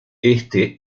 éste